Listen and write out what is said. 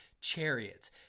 chariots